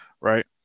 right